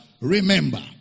remember